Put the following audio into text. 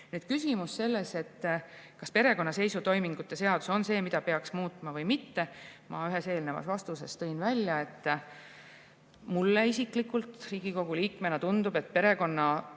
Küsimus sellest, kas perekonnaseisutoimingute seadus on see, mida peaks muutma või mitte. Ma ühes eelnevas vastuses tõin välja, et mulle isiklikult Riigikogu liikmena tundub, et